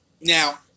Now